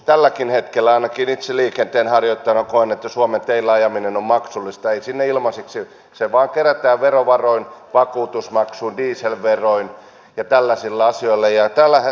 tälläkin hetkellä ainakin itse liikenteenharjoittajana koen että suomen teillä ajaminen on maksullista ei sinne ilmaiseksi mennä se vain kerätään verovaroin vakuutusmaksuin dieselveroin ja tällaisilla asioilla